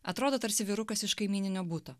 atrodo tarsi vyrukas iš kaimyninio buto